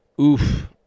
oof